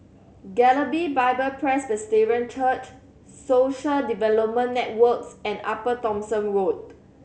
Galilee Bible Presbyterian Church Social Development Networks and Upper Thomson Road